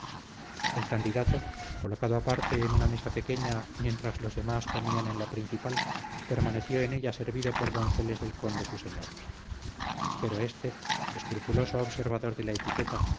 el candidato colocado aparte en una mesa pequeña mientras los demás comían en la principal permaneció en ella servido por donceles del conde su señor pero éste escrupuloso observador de la etiqueta